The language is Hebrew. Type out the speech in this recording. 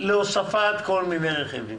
הצבא להוספת כל מיני רכיבים.